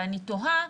ואני תוהה,